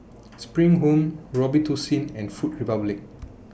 SPRING Home Robitussin and Food Republic